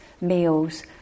meals